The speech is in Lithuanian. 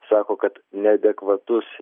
sako kad neadekvatus